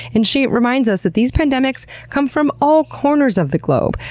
and she reminds us that these pandemics come from all corners of the globe,